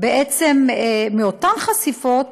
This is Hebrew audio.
בעצם מאותן חשיפות